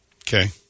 Okay